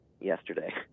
yesterday